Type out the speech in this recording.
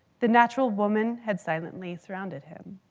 the natural women had silently surrounded him.